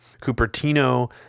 Cupertino